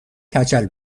کچل